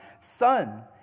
Son